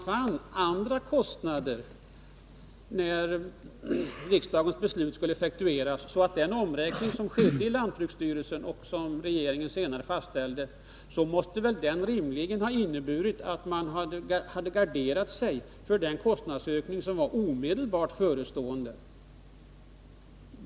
Om man när riksdagens beslut skulle effektueras fann andra kostnader, så borde väl den omräkning som skedde i lantbruksstyrelsen och som regeringen fastställde rimligen ha inneburit att man hade garderat sig för den kostnadsökning som var omedelbart förestående?